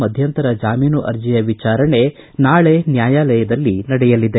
ಮಧ್ಯಂತರ ಜಾಮೀನು ಅರ್ಜಿಯ ವಿಚಾರಣೆ ನಾಳೆ ನ್ಯಾಯಾಲಯದಲ್ಲಿ ನಡೆಯಲಿದೆ